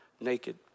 naked